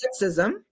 sexism